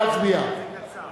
נא להצביע.